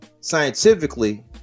scientifically